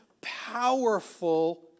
powerful